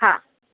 हा